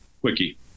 quickie